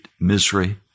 misery